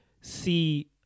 see